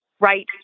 right